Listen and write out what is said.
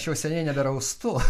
aš jau seniai neberaustu